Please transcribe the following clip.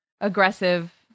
aggressive